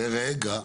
רגע.